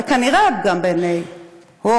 וכנראה גם בעיניו או